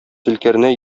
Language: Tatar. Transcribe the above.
зөлкарнәй